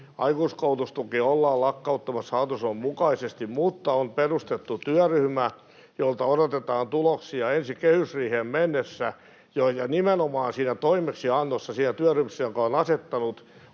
Aikuiskoulutustukea ollaan lakkauttamassa hallitusohjelman mukaisesti, mutta on perustettu työryhmä, jolta odotetaan tuloksia jo ensi kehysriiheen mennessä. Toimeksianto siellä työryhmässä, jonka olen asettanut,